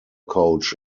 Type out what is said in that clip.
coach